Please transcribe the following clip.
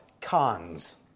cons